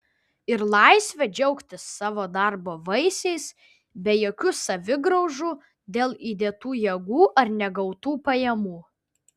ir laisvę džiaugtis savo darbo vaisiais be jokių savigraužų dėl įdėtų jėgų ar negautų pajamų